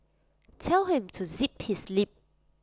tell him to zip his lip